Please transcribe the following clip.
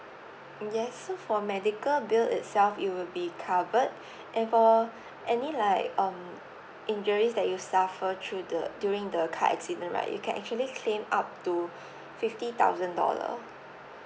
yes so for medical bill itself you will be covered and for any like um injuries that you suffer through the during the car accident right you can actually claim up to fifty thousand dollar